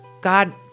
God